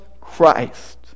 Christ